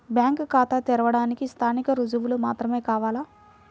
Bank ఖాతా తెరవడానికి స్థానిక రుజువులు మాత్రమే కావాలా?